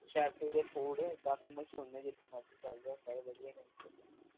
ਹੁਸ਼ਿਆਰਪੁਰ ਦੇ ਫੂਡ ਕਾਫੀ ਮਸ਼ਹੂਰ ਹੁੰਦੇ ਜਿੱਥੇ ਮਰਜੀ ਚਲ ਜੋ ਸਾਰੇ ਵਧੀਆ ਮਿਲਦੇ